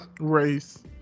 race